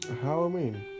Halloween